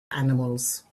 animals